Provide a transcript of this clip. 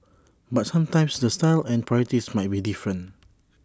but sometimes the style and priorities might be different